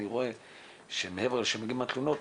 אני רואה שמעבר לזה שמקבלים את התלונות,